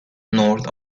north